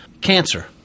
cancer